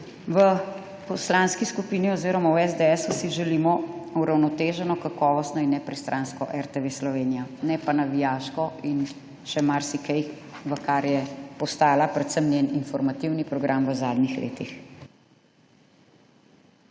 V Poslanski skupini oziroma v SDS si želimo uravnoteženo, kakovostno in nepristransko RTV Slovenija. Ne pa navijaško in še marsikaj, kar je postala, predvsem njen informativni program, v zadnjih letih.